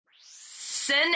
Sin